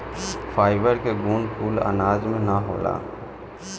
fibre के गुण कुल अनाज में ना होला